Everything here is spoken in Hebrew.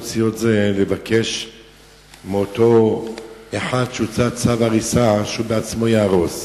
אחת האופציות היא לבקש מאותו אחד שהוצא נגדו צו הריסה שהוא בעצמו יהרוס.